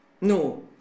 No